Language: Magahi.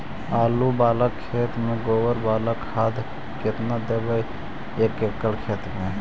आलु बाला खेत मे गोबर बाला खाद केतना देबै एक एकड़ खेत में?